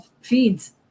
feeds